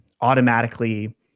automatically